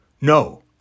No